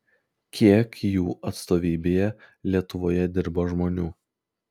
kiek jų atstovybėje lietuvoje dirba žmonių